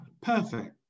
perfect